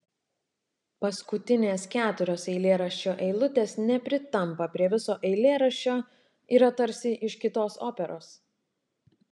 paskutinės keturios eilėraščio eilutės nepritampa prie viso eilėraščio yra tarsi iš kitos operos